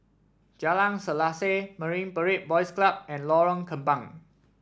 Jalan Selaseh Marine Parade Boys Club and Lorong Kembang